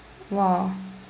!wow!